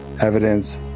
evidence